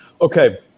Okay